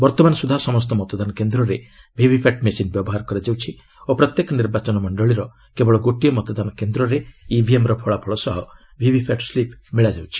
ବର୍ତ୍ତମାନ ସୁଦ୍ଧା ସମସ୍ତ ମତଦାନ କେନ୍ଦ୍ରରେ ଭିଭିପାଟ୍ ମେସିନ୍ ବ୍ୟବହାର କରାଯାଉଛି ଓ ପ୍ରତ୍ୟେକ ନିର୍ବାଚନ ମଣ୍ଡଳୀର କେବଳ ଗୋଟିଏ ମତଦାନ କେନ୍ଦ୍ରରେ ଇଭିଏମ୍ର ଫଳାଫଳ ସହ ଭିଭିପାଟ୍ ସ୍କିପ୍ ମେଳାଯାଉଛି